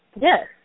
Yes